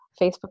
Facebook